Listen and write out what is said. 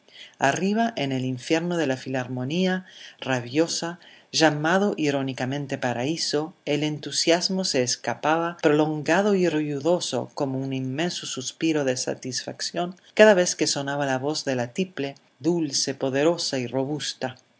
arriba en el infierno de la filarmonía rabiosa llamado irónicamente paraíso el entusiasmo se escapaba prolongado y ruidoso como un inmenso suspiro de satisfacción cada vez que sonaba la voz de la tiple dulce poderosa y robusta